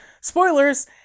spoilers